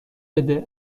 بده